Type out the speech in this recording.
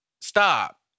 Stop